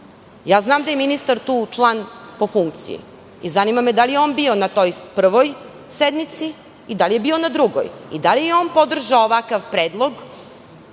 sudstva. Znam da je ministar tu član po funkciji i zanima me da li je on bio na toj prvoj sednici i da li je bio na drugoj? Da li je on podržao ovakav predlog